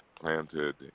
planted